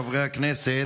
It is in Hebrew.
חברי הכנסת,